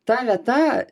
ta vieta